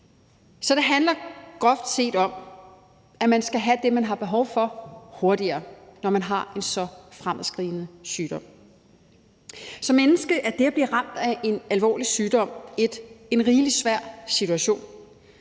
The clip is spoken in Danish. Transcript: Så det handler groft sagt om, at man skal have det, man har behov for, hurtigere, når man har en fremadskridende sygdom. Som menneske er det at blive ramt af en alvorlig sygdom en rigelig svær situation,